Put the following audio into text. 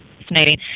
fascinating